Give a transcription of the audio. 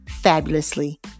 fabulously